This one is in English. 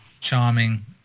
charming